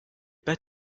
pas